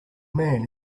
man